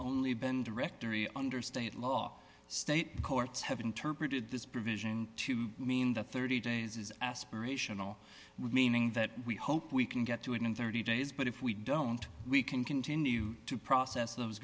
only been directory under state law state courts have interpreted this provision to mean that thirty days is aspirational meaning that we hope we can get to it in thirty days but if we don't we can continue to process